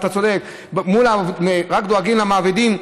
אתה צודק: דואגים רק למעבידים,